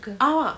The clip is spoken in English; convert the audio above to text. ஆமா:aama